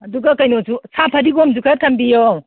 ꯑꯗꯨꯒ ꯀꯩꯅꯣꯁꯨ ꯁꯥ ꯐꯗꯤꯒꯣꯝꯁꯨ ꯈꯔ ꯊꯝꯕꯤꯌꯣ